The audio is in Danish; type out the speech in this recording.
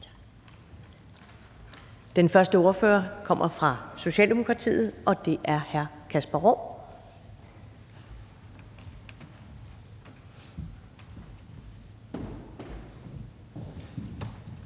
Den første ordfører kommer fra Socialdemokratiet, og det er hr. Kasper Roug.